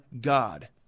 God